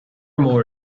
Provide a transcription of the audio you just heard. mór